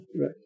Right